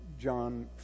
John